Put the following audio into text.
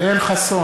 בעד יואל חסון,